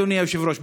אדוני היושב-ראש,